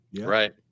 Right